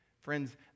Friends